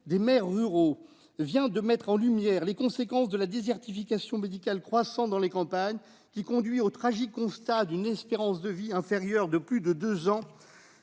des maires ruraux de France a mis en lumière les conséquences de la désertification médicale croissante dans les campagnes, qui conduit au tragique constat d'une espérance de vie inférieure de plus de deux ans